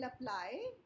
apply